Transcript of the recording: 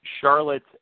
Charlotte